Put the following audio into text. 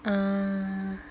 uh